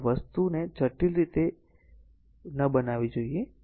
આપણે વસ્તુને જટિલ રીતે ન બનાવવી જોઈએ